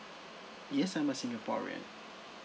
yes I'm a singaporean